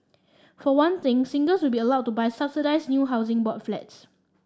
for one thing singles will be allowed to buy subsidised new Housing Board Flats